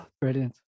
Brilliant